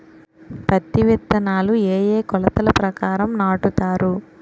పత్తి విత్తనాలు ఏ ఏ కొలతల ప్రకారం నాటుతారు?